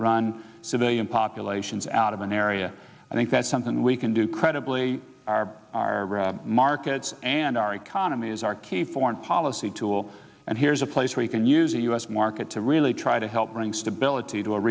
run civilian populations out of an area i think that's something we can do credibly our our markets and our economy is our key foreign policy tool and here's a place where you can use the u s market to really try to help bring stability to a